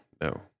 No